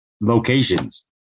locations